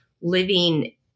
living